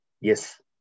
Yes